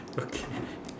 okay